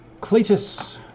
Cletus